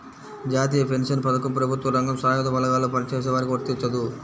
జాతీయ పెన్షన్ పథకం ప్రభుత్వ రంగం, సాయుధ బలగాల్లో పనిచేసే వారికి వర్తించదు